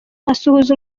asuhuza